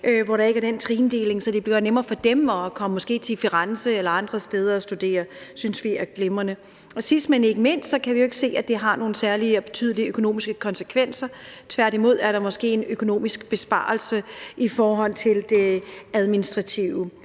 fag ikke er den trindeling, så det bliver nemmere for dem måske at komme til Firenze eller andre steder at studere. Det synes vi er glimrende. Sidst, men ikke mindst, kan vi jo ikke se, at det har nogen særlige eller betydelige økonomiske konsekvenser, men tværtimod er der måske en økonomisk besparelse i forhold til det administrative,